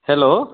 hello